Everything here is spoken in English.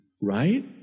right